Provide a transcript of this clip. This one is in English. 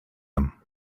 him